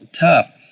tough